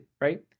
right